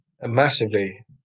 massively